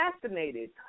assassinated